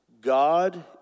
God